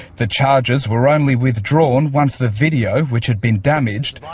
the charges were only withdrawn once the video, which had been damaged,